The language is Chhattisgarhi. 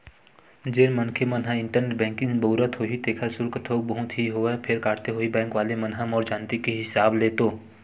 जेन मनखे मन ह इंटरनेट बेंकिग बउरत होही तेखर सुल्क थोक बहुत ही होवय फेर काटथे होही बेंक वले मन ह मोर जानती के हिसाब ले तो